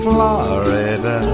Florida